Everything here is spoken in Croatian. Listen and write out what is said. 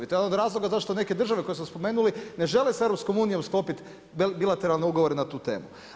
I to je jedan od razloga zašto neke države koje smo spomenuli ne žele sa EU sklopiti bilateralne ugovore na tu temu.